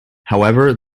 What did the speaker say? however